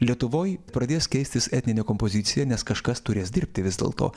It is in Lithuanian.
lietuvoj pradės keistis etninė kompozicija nes kažkas turės dirbti vis dėlto